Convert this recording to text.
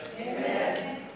Amen